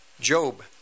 Job